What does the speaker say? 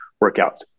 workouts